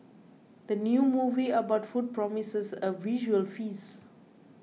the new movie about food promises a visual feast